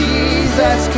Jesus